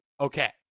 Okay